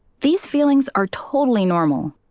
these feelings are totally normal.